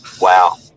wow